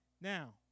Now